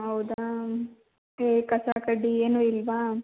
ಹೌದಾ ಏ ಕಸ ಕಡ್ಡಿ ಏನೂ ಇಲ್ಲವಾ